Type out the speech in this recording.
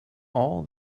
all